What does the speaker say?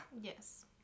Yes